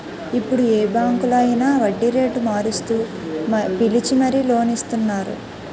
ఇప్పుడు ఏ బాంకులో అయినా వడ్డీరేటు మారుస్తూ పిలిచి మరీ లోన్ ఇస్తున్నారు